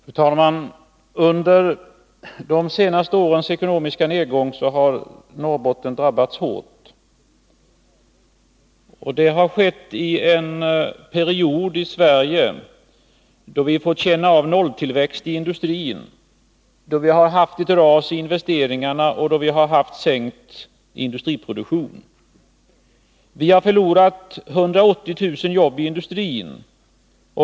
Fru talman! Under de senaste årens ekonomiska nedgång har Norrbotten drabbats hårt. Detta har skett under en period då vi i vårt land har fått kännas vid nolltillväxt i industrin. Vi har fått ett ras när det gäller investeringarna och en sänkning av produktionen. 180 000 arbeten har gått förlorade i industrin.